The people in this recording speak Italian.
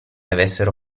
avessero